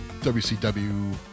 WCW